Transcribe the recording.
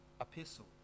epistle